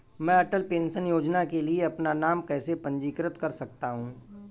मैं अटल पेंशन योजना के लिए अपना नाम कैसे पंजीकृत कर सकता हूं?